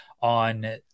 on